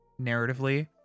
Narratively